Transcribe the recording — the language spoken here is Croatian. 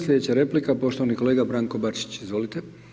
Slijedeća replika poštovani kolega Branko Bačić, izvolite.